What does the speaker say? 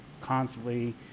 constantly